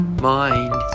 mind